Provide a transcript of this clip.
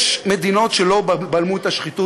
יש מדינות שלא בלמו את השחיתות.